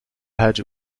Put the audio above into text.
hadj